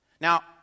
Now